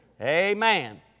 Amen